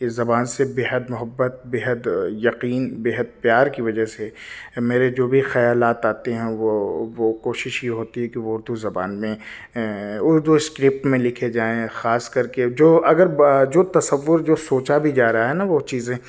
اس زبان سے بےحد محبت بےحد یقین بےحد پیار کی وجہ سے میرے جو بھی خیالات آتے ہیں وہ وہ کوششش یہ ہوتی ہے کہ وہ اردو زبان میں اردو اسکرپٹ میں لکھے جائیں خاص کر کے جو اگر بہ جو تصور جو سوچا بھی جا رہا ہے نا وہ چیزیں